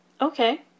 Okay